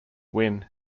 win